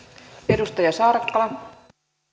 arvoisa rouva